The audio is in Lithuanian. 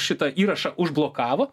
šitą įrašą užblokavo